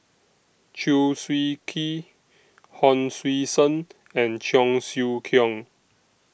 Chew Swee Kee Hon Sui Sen and Cheong Siew Keong